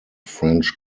french